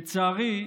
לצערי,